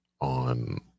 on